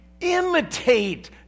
imitate